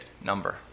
Number